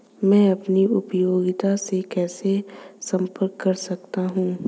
मैं अपनी उपयोगिता से कैसे संपर्क कर सकता हूँ?